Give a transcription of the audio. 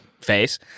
face